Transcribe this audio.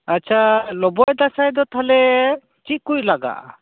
ᱟᱪᱪᱷᱟ ᱞᱚᱵᱚᱭ ᱫᱟᱥᱟᱸᱭ ᱫᱚ ᱛᱟᱦᱚᱞᱮ ᱪᱮᱫᱠᱚ ᱞᱟᱜᱟᱜ ᱟ